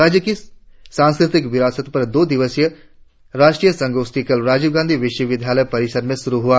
राज्य की संस्कृतिक विरासत पर दो दिवसीय राष्ट्रीय संगोष्ठी कल राजीव गांधी विश्वविद्यालय परिसर में शुरु हुआ